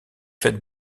faite